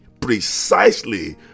precisely